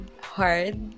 hard